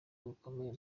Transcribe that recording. rukomeye